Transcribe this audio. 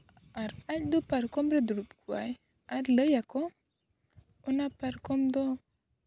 ᱟᱨ ᱟᱡ ᱫᱚ ᱯᱟᱨᱠᱚᱢ ᱨᱮ ᱫᱩᱲᱩᱵ ᱠᱚᱜ ᱟᱭ ᱟᱨ ᱞᱟᱹᱭ ᱟᱠᱚ ᱚᱱᱟ ᱯᱟᱨᱠᱚᱢ ᱫᱚ